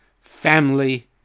family